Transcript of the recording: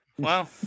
Wow